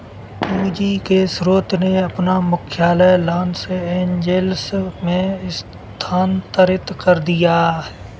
पूंजी के स्रोत ने अपना मुख्यालय लॉस एंजिल्स में स्थानांतरित कर दिया